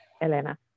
Elena